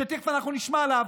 שתכף אנחנו נשמע עליו,